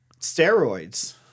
Steroids